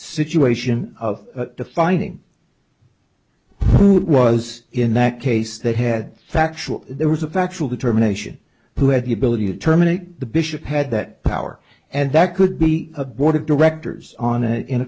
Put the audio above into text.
situation of defining who was in that case that had factual there was a factual determination who had the ability to terminate the bishop had that power and that could be a board of directors on it in